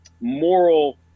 moral